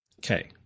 Okay